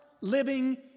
living